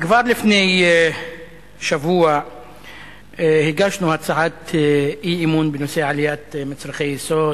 כבר לפני שבוע הגשנו הצעת אי-אמון בנושא עליית מחירים של מצרכי יסוד,